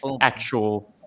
actual